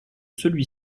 celui